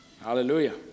hallelujah